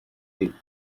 deep